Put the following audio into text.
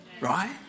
Right